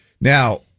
Now